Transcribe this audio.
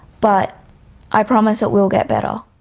but i promise it will get better.